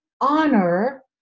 honor